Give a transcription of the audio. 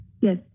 Yes